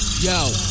Yo